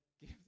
give